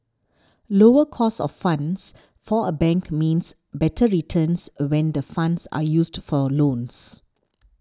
lower cost of funds for a bank means better returns when the funds are used for loans